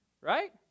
right